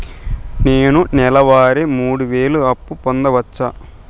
నేను నెల వారి మూడు వేలు అప్పు పొందవచ్చా?